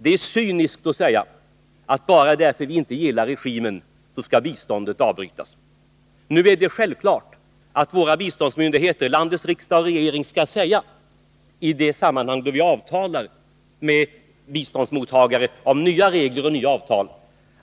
Det är cyniskt att säga att bara för att vi inte gillar regimen skall biståndet avbrytas. Det är självklart att våra biståndsmyndigheter, landets riksdag och regering, då vi förhandlar med biståndsmottagare om nya regler och avtal skall säga